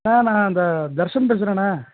ஆ நான் அந்த தர்ஷன் பேசுகிறேன்ணே